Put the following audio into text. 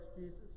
Jesus